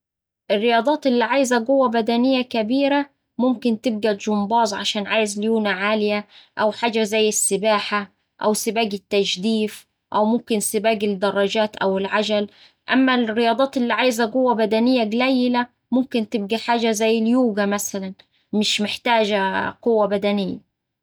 الرياضات اللي عايزة قوة بدنية كبيرة ممكن تبقا الجمباز عشان عايز ليونة عالية أو حاجة زي السباحة أو سباق التجديف أو ممكن سباق الدراجات أو العجل. أما الرياضات اللي عايزة قوة بدنية قليلة ممكن تبقا حاجة زي اليوجا مثلا مش محتاجة قوة بدنية.